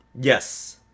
Yes